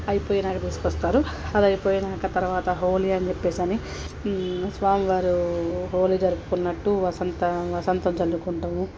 అయిపోయినాక తీసుకొస్తారు అది అయిపోయినాక తర్వాత హోళీ అని చెప్పేసి అని స్వామివారు హోళీ జరుపుకున్నట్టు వసంత వసంతం చల్లుకోవటము